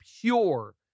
pure